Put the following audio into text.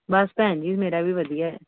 ਬਸ ਭੈਣ ਜੀ ਮੇਰਾ ਵੀ ਵਧੀਆ